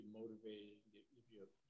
motivated